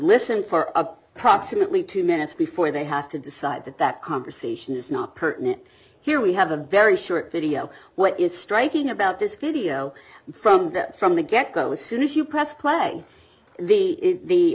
listen for a proximately two minutes before they have to decide that that conversation is not pertinent here we have a very short video what is striking about this video from the from the get go as soon as you press play the he